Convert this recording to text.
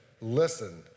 listen